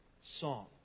song